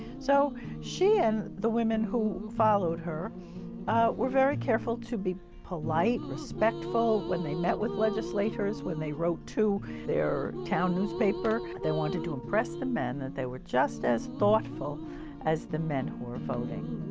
so she and the women who who followed her were very careful to be polite, respectful when they met with legislators, when they wrote to their town newspaper. they wanted to impress the men that they were just as thoughtful as the men who were voting.